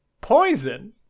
Poison